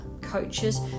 coaches